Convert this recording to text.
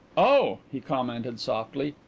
oh, he commented softly,